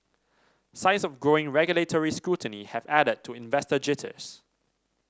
signs of growing regulatory scrutiny have added to investor jitters